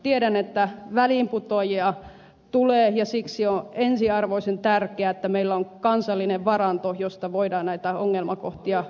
tiedän että väliinputoajia tulee ja siksi on ensiarvoisen tärkeää että meillä on kansallinen varanto josta voidaan näitä ongelmakohtia huolehtia